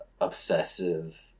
obsessive